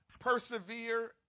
persevere